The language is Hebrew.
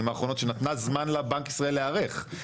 האחרונות שנתנה זמן לבנק ישראל להיערך,